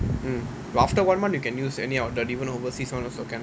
mm but after one month you can use any of the even overseas [one] also can